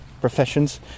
professions